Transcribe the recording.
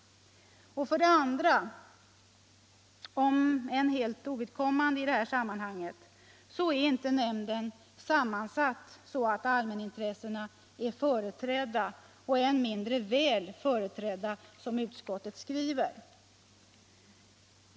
För det andra, om än helt ovidkommande i detta sammanhang, är nämnden inte sammansatt så att allmänintressena är företrädda — än mindre väl företrädda, som utskottet skriver.